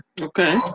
Okay